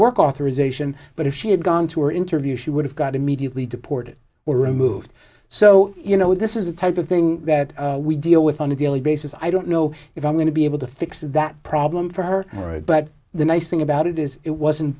work authorization but if she had gone to her interview she would have got immediately deported or removed so you know this is the type of thing that we deal with on a daily basis i don't know if i'm going to be able to fix that problem for her but the nice thing about it is it wasn't